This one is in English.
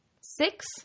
six